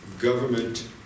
government